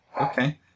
Okay